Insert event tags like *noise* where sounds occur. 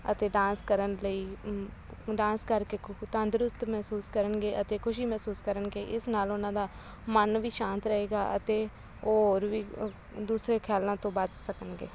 ਅਤੇ ਡਾਂਸ ਕਰਨ ਲਈ *unintelligible* ਡਾਂਸ ਕਰਕੇ ਤੰਦਰੁਸਤ ਮਹਿਸੂਸ ਕਰਨਗੇ ਅਤੇ ਖੁਸ਼ੀ ਮਹਿਸੂਸ ਕਰਨਗੇ ਇਸ ਨਾਲ ਉਹਨਾਂ ਦਾ ਮਨ ਵੀ ਸ਼ਾਂਤ ਰਹੇਗਾ ਅਤੇ ਉਹ ਹੋਰ ਵੀ ਅ ਦੂਸਰੇ ਖਿਆਲਾਂ ਤੋਂ ਬਚ ਸਕਣਗੇ